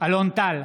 אלון טל,